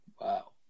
Wow